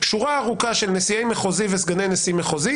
שורה ארוכה של נשיאי מחוזי וסגני נשיאי מחוזי